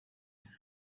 yitwa